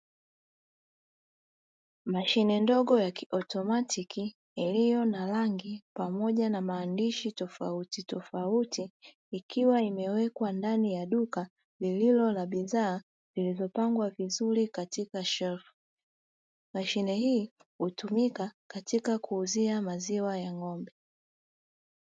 Mashine ndogo ya kiautomatiki iliyo na rangi pamoja na maandishi tofautitofauti, ikiwa imewekwa ndani ya duka lililo na bidhaa zilizopangwa vizuri katika shelfu. Mashine hii hutumika katika kuuzia maziwaya ng'ombe.